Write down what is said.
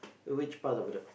which part of Bedok